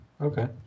Okay